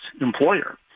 employer